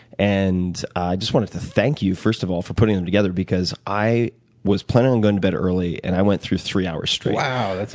and i just wanted to thank you, first of all, for putting them together because i was planning on going to bed early, and i went through three hours straight. wow,